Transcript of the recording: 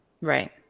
Right